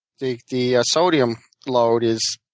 the the sodium load is